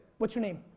what's your name?